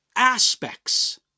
aspects